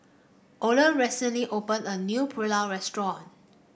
Ole recently opened a new Pulao restaurant